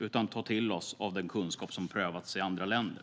Vi måste ta till oss av den kunskap som prövats i andra länder.